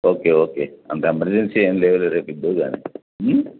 okay okay అంత emergency ఏంలేవులే రేపు ఇద్దువుగానీ